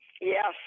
Yes